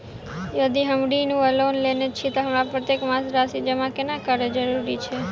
यदि हम ऋण वा लोन लेने छी तऽ हमरा प्रत्येक मास राशि जमा केनैय जरूरी छै?